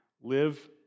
live